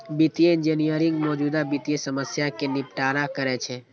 वित्तीय इंजीनियरिंग मौजूदा वित्तीय समस्या कें निपटारा करै छै